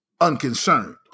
unconcerned